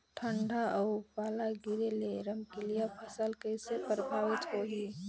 ठंडा अउ पाला गिरे ले रमकलिया फसल कइसे प्रभावित होही?